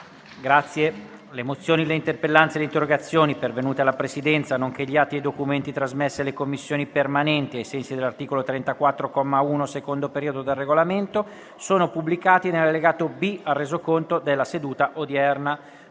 Le mozioni, le interpellanze e le interrogazioni pervenute alla Presidenza, nonché gli atti e i documenti trasmessi alle Commissioni permanenti ai sensi dell'articolo 34, comma 1, secondo periodo, del Regolamento sono pubblicati nell'allegato B al Resoconto della seduta odierna.